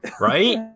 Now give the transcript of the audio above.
Right